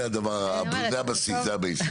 זה הבסיס.